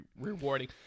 rewarding